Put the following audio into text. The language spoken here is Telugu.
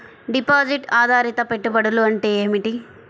డిపాజిట్ ఆధారిత పెట్టుబడులు అంటే ఏమిటి?